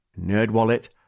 Nerdwallet